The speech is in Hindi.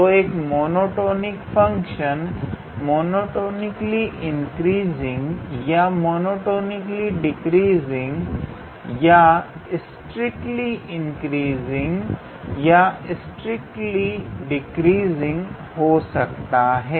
तो एक मोनोटॉनिक फंक्शन मोनोटोनिकली इंक्रीजिंग या मोनोटोनिकली डिक्रीजिंग या स्त्रीक्त्ली इंक्रीजिंग या स्त्रीक्त्ली डिक्रीजिंग हो सकता है